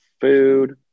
food